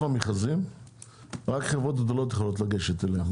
המכרזים - רק חברות גדולות יכולות לגשת אליהם.